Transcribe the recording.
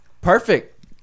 Perfect